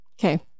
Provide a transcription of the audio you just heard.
Okay